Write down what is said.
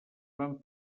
van